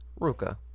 Ruka